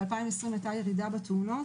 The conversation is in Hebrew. ב-2020 הייתה ירידה בתאונות.